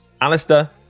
Alistair